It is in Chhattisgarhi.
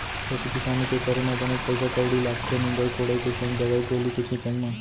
खेती किसानी के करे म बनेच पइसा कउड़ी लागथे निंदई कोड़ई के संग दवई गोली के छिंचाई म